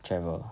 travel